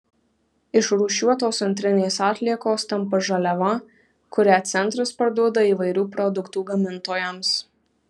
išrūšiuotos antrinės atliekos tampa žaliava kurią centras parduoda įvairių produktų gamintojams